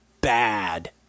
bad